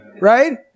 Right